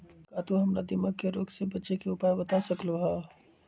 का तू हमरा दीमक के रोग से बचे के उपाय बता सकलु ह?